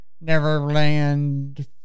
Neverland